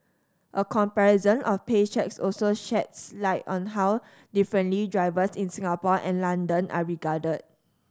a comparison of pay cheques also sheds light on how differently drivers in Singapore and London are regarded